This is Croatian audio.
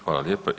Hvala lijepa.